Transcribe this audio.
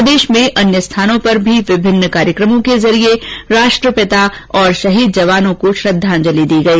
प्रदेश में अन्य स्थानों पर भी विभिन्न कार्यक्रमों के जरिये राष्ट्रपिता और शहीद जवानों को श्रद्वाजलि दी गई